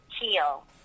heel